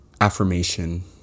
affirmation